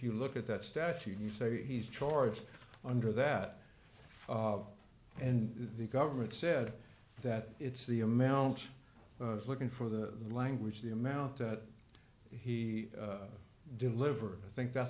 you look at that statute you say he's charged under that law and the government said that it's the amount of looking for the language the amount that he deliver i think that's